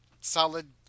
solid